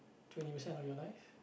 twenty percent of your life